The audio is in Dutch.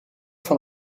van